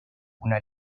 una